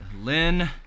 Lynn